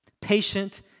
Patient